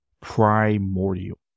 primordial